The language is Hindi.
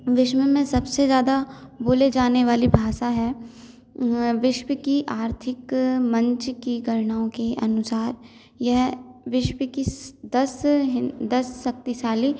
विश्व में सबसे ज़्यादा बोले जाने वाली भाषा है विश्व की आर्थिक मंच की गणनाओं के अनुसार यह विश्व की दस हिन् दस शक्तिशाली